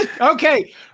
okay